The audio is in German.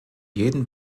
jeden